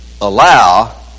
allow